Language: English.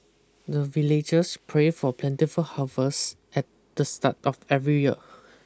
the villagers pray for plentiful harvest at the start of every year